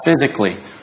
physically